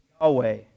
Yahweh